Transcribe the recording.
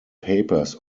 papers